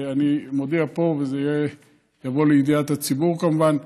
אני מודיע פה, וזה יבוא לידיעת הציבור, כמובן,